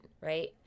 right